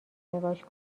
نگاش